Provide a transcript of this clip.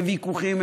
ויכוחים,